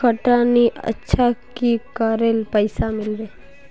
टका नि अच्छा की करले पैसा मिलबे?